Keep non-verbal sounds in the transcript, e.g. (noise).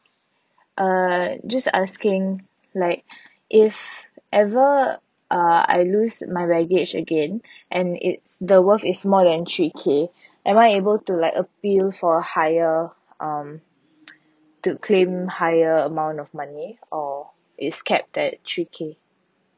uh just asking like (breath) if ever uh I lose my baggage again (breath) and it's the worth is more than three K (breath) am I able to like appeal for higher um (noise) to claim higher amount of money or it's capped at three K